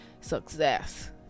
success